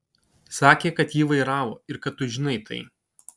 sakė kad jį vairavo ir kad tu žinai tai